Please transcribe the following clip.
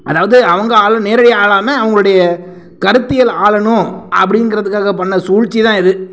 அதாவது அவங்க ஆள் நேரடியாக ஆளாமல் அவங்களுடைய கருத்தியல் ஆளணும் அப்படிங்கிறதுக்காக பண்ண சூழ்ச்சி தான் இது